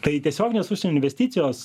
tai tiesioginės užsienio investicijos